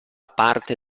parte